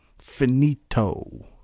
Finito